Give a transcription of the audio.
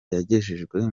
yagejejwe